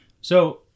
So-